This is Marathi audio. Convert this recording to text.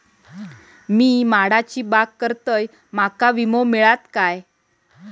मी माडाची बाग करतंय माका विमो मिळात काय?